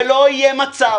לא יהיה מצב